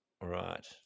Right